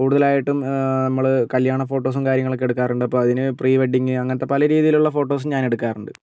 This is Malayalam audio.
കൂടുതലായിട്ടും നമ്മള് കല്യാണ ഫോട്ടോസും കാര്യങ്ങളൊക്കെ എടുക്കാറുണ്ട് അപ്പോൾ അതിന് പ്രീ വെഡിങ് അങ്ങനത്തെ പല രീതിയിലുള്ള ഫോട്ടോസും ഞാൻ എടുക്കാറുണ്ട്